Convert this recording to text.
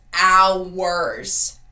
hours